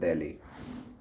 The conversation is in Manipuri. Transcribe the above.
ꯗꯦꯜꯂꯤ